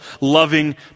loving